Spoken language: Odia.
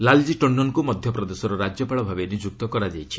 ଲାଲ୍ଜୀ ଟଣ୍ଡନଙ୍କୁ ମଧ୍ୟପ୍ରଦେଶର ରାଜ୍ୟପାଳ ଭାବେ ନିଯୁକ୍ତ କରାଯାଇଛି